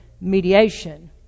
mediation